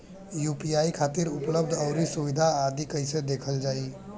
UPI खातिर उपलब्ध आउर सुविधा आदि कइसे देखल जाइ?